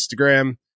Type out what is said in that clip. Instagram